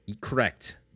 correct